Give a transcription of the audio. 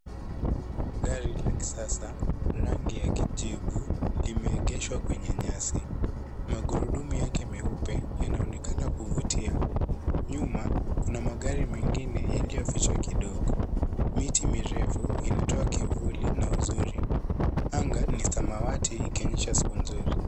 Gari la kisasa lenye rangi ya kijivu limeengeshwa kwenye nyasi. Magurudumu yake meupe yanaonekana kuvutia. Nyuma kuna magari mengine yaliyo fichwa kidogo. Miti mirefu inatoa kivuli na uzuri anga ni samawati ikionyesha siku nzuri.